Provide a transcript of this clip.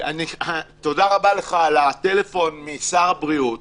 תודה רבה לך על הטלפון משר הבריאות,